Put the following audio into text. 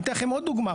אתן לכם עוד דוגמה.